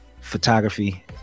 photography